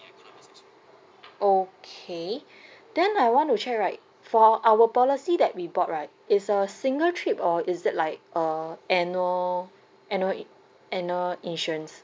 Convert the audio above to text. okay then I want to check right for our policy that we bought right it's a single trip or is it like a annual annual annual insurance